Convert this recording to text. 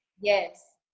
Yes